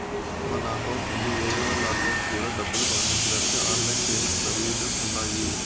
మన అకౌంట్ నుండి వేరే వాళ్ళ అకౌంట్ కూడా డబ్బులు పంపించడానికి ఆన్ లైన్ పేమెంట్ సర్వీసెస్ ఉన్నాయి